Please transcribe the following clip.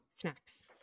snacks